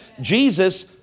Jesus